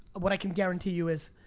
what i can guarantee you is,